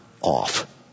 off